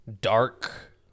dark